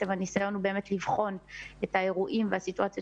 הניסיון הוא לבחון את האירועים ואת הסיטואציות